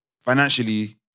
financially